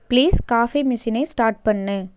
please coffee மிஷீனை start பண்ணு